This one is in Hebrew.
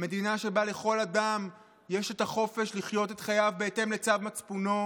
מדינה שבה לכל אדם יש החופש לחיות את חייו בהתאם לצו מצפונו.